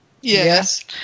Yes